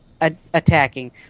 attacking